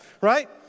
Right